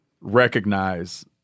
recognize